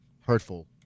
hurtful